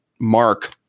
mark